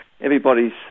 everybody's